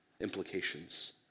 implications